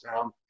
town